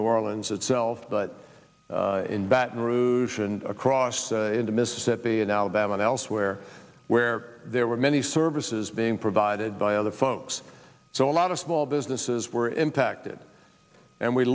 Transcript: new orleans itself but in baton rouge and across into mississippi and alabama elsewhere where there were many services being provided by other folks so a lot of small businesses were impacted and we